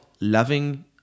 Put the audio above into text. loving